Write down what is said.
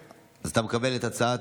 אז אתה מקבל את ההצעה?